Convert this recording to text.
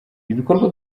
ibikorwa